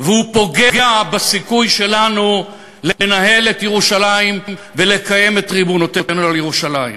והוא פוגע בסיכוי שלנו לנהל את ירושלים ולקיים את ריבונותנו על ירושלים.